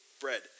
bread